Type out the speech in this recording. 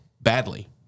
badly